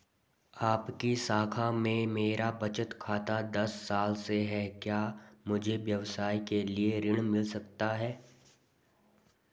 आपकी शाखा में मेरा बचत खाता दस साल से है क्या मुझे व्यवसाय के लिए ऋण मिल सकता है?